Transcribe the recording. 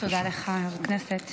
תודה לך, יו"ר הישיבה.